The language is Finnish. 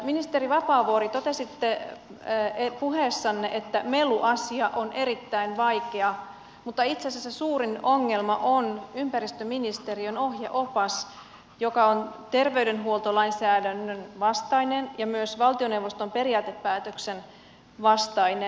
ministeri vapaavuori totesitte puheessanne että meluasia on erittäin vaikea mutta itse asiassa suurin ongelma on ympäristöministeriön ohjeopas joka on terveydenhuoltolainsäädännön vastainen ja myös valtioneuvoston periaatepäätöksen vastainen